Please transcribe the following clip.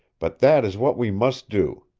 but that is what we must do.